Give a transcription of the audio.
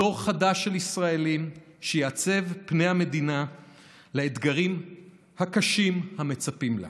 דור חדש של ישראלים שיעצב את פני המדינה לאתגרים הקשים המצפים לה.